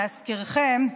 להזכירכם,